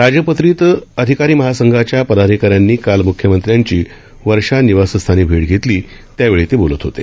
राजपत्रित अधिकारी महासंघाच्या पदाधिकाऱ्यांनी काल मुख्यमंत्र्यांची वर्षा निवासस्थानी भेट घेतली त्यावेळी ते बोलत होते